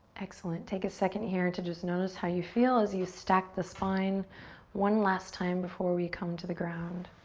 excellent, take a second here to just notice how you feel as you stack the spine one last time before we come to the ground.